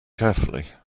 carefully